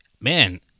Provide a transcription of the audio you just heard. Man